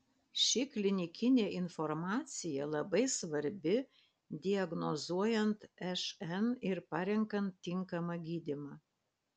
ši klinikinė informacija labai svarbi diagnozuojant šn ir parenkant tinkamą gydymą